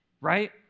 right